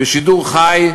בשידור חי,